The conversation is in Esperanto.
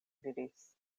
diris